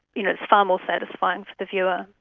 you know it's far more satisfying for the viewer.